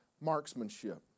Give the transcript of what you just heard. marksmanship